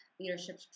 leadership